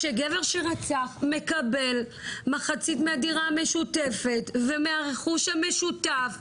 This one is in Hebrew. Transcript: שגבר שרצח מקבל מחצית מהדירה המשותפת ומהרכוש המשותף,